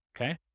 Okay